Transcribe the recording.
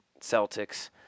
Celtics